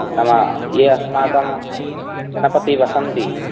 नाम ये अस्माकं जनपदे वसन्ति